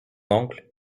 oncle